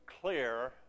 clear